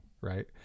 Right